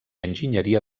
enginyeria